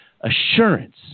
assurance